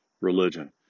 religion